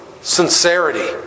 sincerity